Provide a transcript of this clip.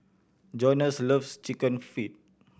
Jonas loves Chicken Feet